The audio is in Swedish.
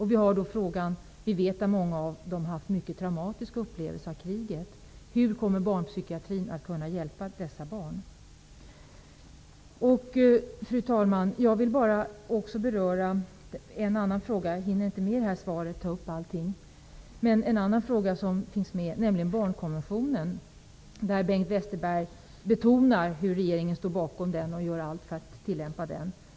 Vi vet dessutom att många av dessa bär på mycket traumatiska upplevelser av kriget. Hur kommer barnpsykiatrin att kunna hjälpa dessa barn? Sedan vill jag bara beröra ytterligare en fråga -- jag hinner inte ta upp allting här. Det gäller barnkonventionen. Bengt Westerberg betonar att regeringen står bakom denna konvention och att man gör allt för att tillämpa den.